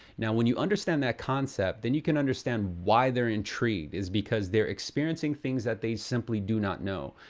now, when you understand that concept, then you can understand why they're intrigued is because they're experiencing things that they simply do not know.